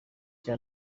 cya